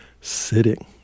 sitting